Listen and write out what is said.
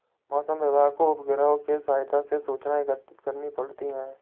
मौसम विभाग को उपग्रहों के सहायता से सूचनाएं एकत्रित करनी पड़ती है